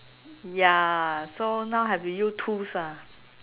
ya so now I have to use tools ah